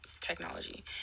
technology